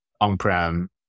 on-prem